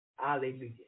Hallelujah